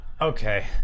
Okay